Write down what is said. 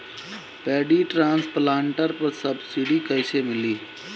Paddy transplanter पर subsidy कैसे मिली?